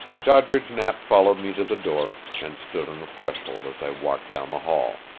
doddridge knapp followed me to the door, and stood on the threshold as i walked down the hall.